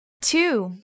two